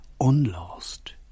unlost